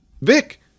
Vic